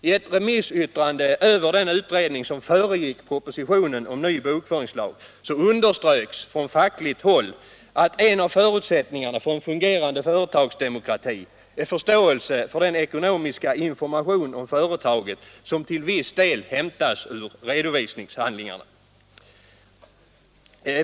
I ett remissyttrande över den utredning som föregick propositionen om ny bokföringslag underströks från fackligt håll att en av förutsättningarna för en fungerande företagsdemokrati är förståelse för den eko nomiska information om företaget som till viss del hämtas ur redovisningshandlingarna.